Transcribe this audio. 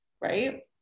right